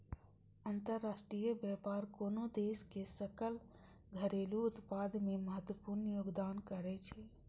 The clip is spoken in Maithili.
अंतरराष्ट्रीय व्यापार कोनो देशक सकल घरेलू उत्पाद मे महत्वपूर्ण योगदान करै छै